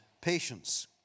patience